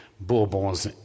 Bourbons